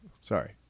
Sorry